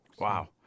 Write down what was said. Wow